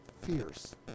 fierce